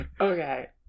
Okay